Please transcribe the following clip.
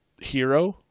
Hero